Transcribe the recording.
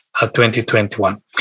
2021